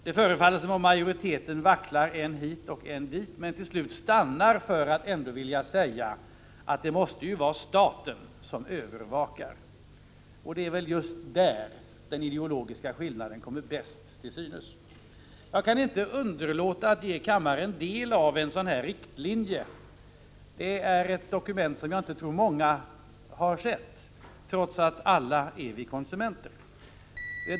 Det förefaller som om majoriteten vacklar än hit och än dit och till slut stannar för att vilja säga att det måste vara staten som övervakar. Det är väl just där den ideologiska skillnaden kommer bäst till synes. Jag kan inte underlåta att ge kammaren del av en sådan här riktlinje. Det är ett dokument som jag inte tror många har sett, trots att vi alla är konsumenter.